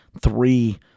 three